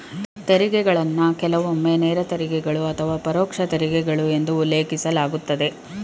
ತೆರಿಗೆಗಳನ್ನ ಕೆಲವೊಮ್ಮೆ ನೇರ ತೆರಿಗೆಗಳು ಅಥವಾ ಪರೋಕ್ಷ ತೆರಿಗೆಗಳು ಎಂದು ಉಲ್ಲೇಖಿಸಲಾಗುತ್ತದೆ